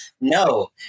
no